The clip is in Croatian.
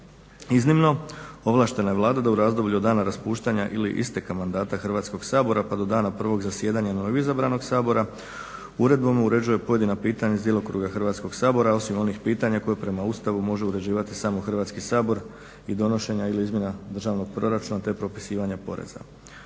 Iznimno ovlaštena je Vlada da u razdoblju od dana raspuštanja ili isteka mandata Hrvatskog sabora pa do dana prvog zasjedanja novo izabranog Sabora uredbama uređuje pojedina pitanja iz djelokruga Hrvatskog sabora, osim onih pitanja koja prema Ustavu može uređivati samo Hrvatski sabor i donošenja ili izmjena državnog proračuna te propisivanja poreza.